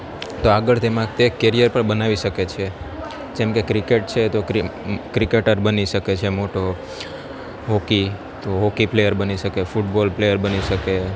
તો આગળ તેમાં તે કેરિયર પણ બનાવી શકે છે જેમ કે ક્રિકેટ છે તો ક્રી ક્રિકેટર બની શકે છે મોટો હોકી તો હોકી પ્લેયર બની શકે ફોટબોલ પ્લેયર બની શકે